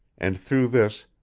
and through this,